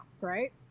right